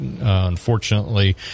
unfortunately